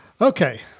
Okay